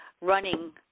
running